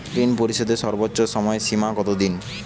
ঋণ পরিশোধের সর্বোচ্চ সময় সীমা কত দিন?